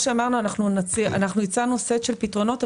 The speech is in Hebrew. אנחנו הצענו של סט של פתרונות,